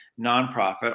nonprofit